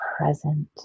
present